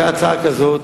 היתה הצעה כזאת,